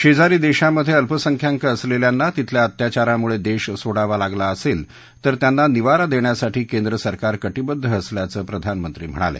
शेजारी देशांमधे अल्पसंख्याक असलेल्यांना तिथल्या अत्याचारामुळे देश सोडावा लागला असेल तर त्यांना निवारा देण्यासाठी केंद्र सरकार कटीबद्ध असल्याचं प्रधानमंत्री म्हणाले